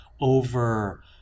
over